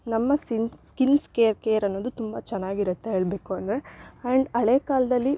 ನಮ್ಮ sin skin scare care ಅನ್ನೋದು ತುಂಬ ಚೆನ್ನಾಗಿರತ್ತೆ ಹೇಳಬೇಕು ಅಂದರೆ ಆ್ಯಂಡ್ ಹಳೆ ಕಾಲದಲ್ಲಿ